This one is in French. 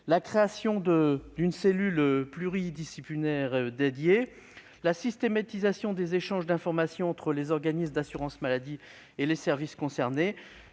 : création d'une cellule pluridisciplinaire dédiée ; systématisation des échanges d'informations entre les organismes d'assurance maladie et les services concernés